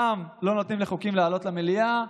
גם לא נותנים לחוקים לעלות למליאה.